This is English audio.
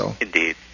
Indeed